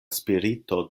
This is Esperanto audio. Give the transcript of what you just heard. spirito